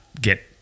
get